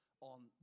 on